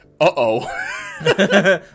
uh-oh